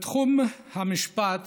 בתחום המשפט